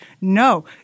no